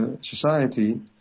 society